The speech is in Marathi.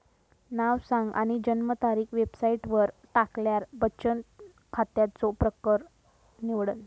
नाव सांग आणि जन्मतारीख वेबसाईटवर टाकल्यार बचन खात्याचो प्रकर निवड